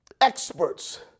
experts